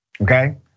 okay